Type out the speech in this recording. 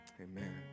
amen